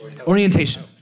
orientation